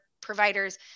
providers